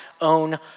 own